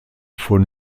von